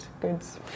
goods